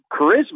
charisma